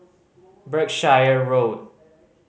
Berkshire Road